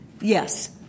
Yes